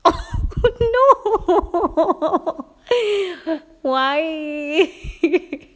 oh no why